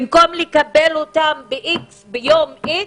במקום לקבל אותם ביום X,